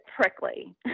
prickly